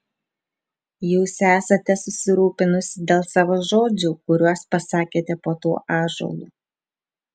jūs esate susirūpinusi dėl savo žodžių kuriuos pasakėte po tuo ąžuolu